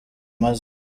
maze